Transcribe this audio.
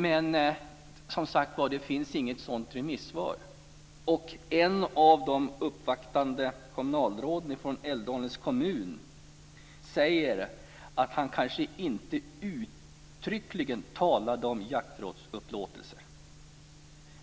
Men det finns som sagt var inget sådant remissvar. Ett av de uppvaktande kommunalråden, från Älvdalens kommun, säger att han kanske inte uttryckligen talade om jakträttsupplåtelse,